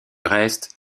reste